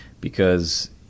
because-